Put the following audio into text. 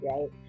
right